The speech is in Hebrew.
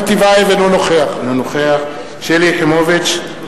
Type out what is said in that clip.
אינו נוכח שלי יחימוביץ,